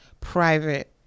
private